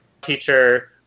teacher